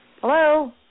Hello